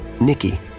Nikki